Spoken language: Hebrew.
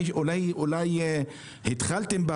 אולי התחלתם,